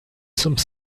some